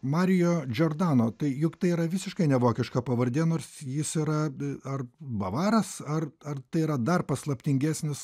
marijo džordano tai juk tai yra visiškai ne vokiška pavardė nors jis yra ar bavaras ar ar tai yra dar paslaptingesnis slapyvardžiu